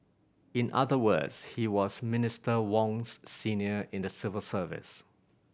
in other words he was Minister Wong's senior in the civil service